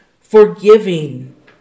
forgiving